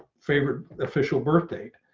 favorite official birth date,